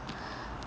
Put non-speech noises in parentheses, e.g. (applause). (breath)